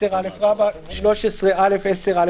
"(10א) 13(א)(10א)